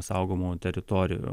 saugomų teritorijų